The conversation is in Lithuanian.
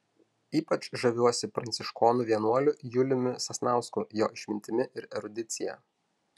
ypač žaviuosi pranciškonų vienuoliu juliumi sasnausku jo išmintimi ir erudicija